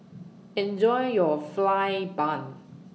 Enjoy your Fried Bun